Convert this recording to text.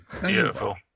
Beautiful